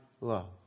love